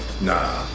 Nah